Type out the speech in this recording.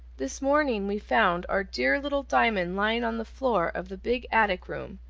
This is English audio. this morning we found our dear little diamond lying on the floor of the big attic-room,